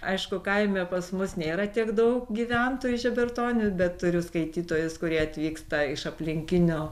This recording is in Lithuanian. aišku kaime pas mus nėra tiek daug gyventojų žebertonių bet turiu skaitytojus kurie atvyksta iš aplinkinio